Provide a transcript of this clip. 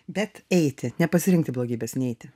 bet eiti nepasirinkti blogybės neiti